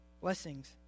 blessings